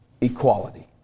equality